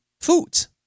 foods